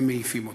הם מעיפים אותה.